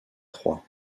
trois